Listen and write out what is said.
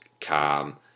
calm